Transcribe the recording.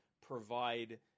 provide